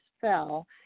fell